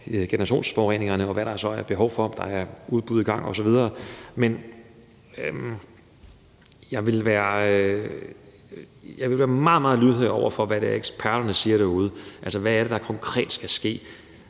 generationsforureningerne, og af, hvad der så er behov for. Der er udbud i gang osv. Men jeg vil være meget, meget lydhør over for, hvad det er, eksperterne siger derude, altså hvad det er, der konkret skal ske.